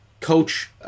coach